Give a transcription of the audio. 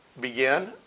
begin